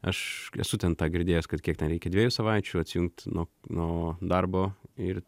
aš esu ten tą girdėjęs kad kiek ten reikia dviejų savaičių atsijungt nuo nuo darbo ir